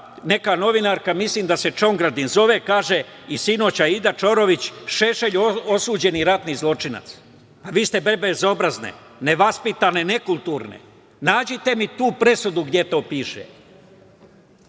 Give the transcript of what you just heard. neka novinarka, mislim da se Čongradin zove, kaže, a i sinoć Aida Ćorović, da je Šešelj osuđeni ratni zločinac. Vi ste bezobrazne, nevaspitane i nekulturne. Nađite mi tu presudu gde to piše.